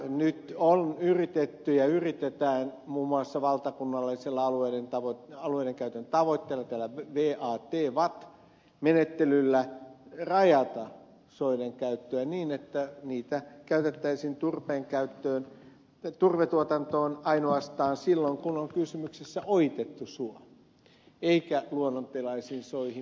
nyt on yritetty ja yritetään muun muassa valtakunnallisilla alueiden käytön tavoitteilla tällä vat menettelyllä rajata soiden käyttöä niin että niitä käytettäisiin turvetuotantoon ainoastaan silloin kun on kysymyksessä ojitettu suo eikä luonnontilaisiin soihin mentäisi ollenkaan